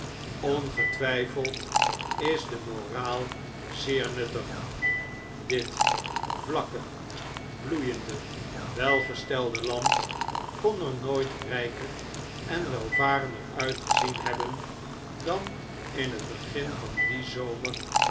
ongetwijfeld is de moraal zeer nuttig dit vlakke bloeiende welgestelde land kon er nooit rijker en welvarender uitgezien hebben dan in het begin van dien zomer